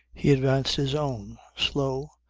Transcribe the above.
he advanced his own, slow,